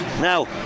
Now